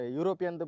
European